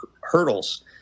hurdles